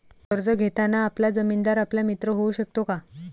कर्ज घेताना आपला जामीनदार आपला मित्र होऊ शकतो का?